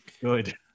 Good